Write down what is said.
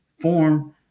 form